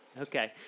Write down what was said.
Okay